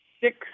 six